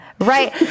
Right